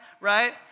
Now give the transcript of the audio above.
right